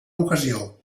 ocasió